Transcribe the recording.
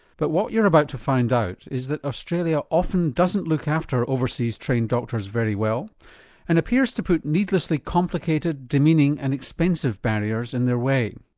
but what you're about to find out is that australia often doesn't look after overseas trained doctors very well and appears to put needlessly needlessly complicated, demeaning and expensive barriers in their way.